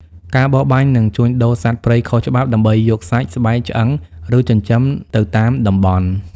ការបរបាញ់ និងជួញដូរសត្វព្រៃខុសច្បាប់ ដើម្បីយកសាច់ ស្បែក ឆ្អឹង ឬចិញ្ចឹមទៅតាមតំបន់។